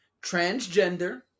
transgender